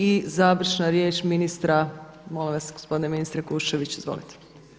I završna riječ ministra, molim vas gospodine ministre Kuščević izvolite.